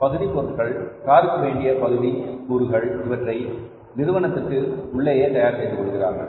பகுதி பொருட்கள் காருக்கு வேண்டிய பகுதி கூறுகள் இவற்றை நிறுவனத்திற்கு உள்ளேயே தயார் செய்து கொள்கிறார்கள்